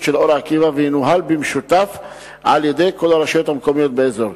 של אור-עקיבא וינוהל במשותף על-ידי כל הרשויות המקומיות באזור.